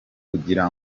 kugira